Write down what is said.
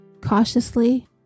cautiously